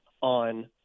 on